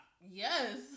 Yes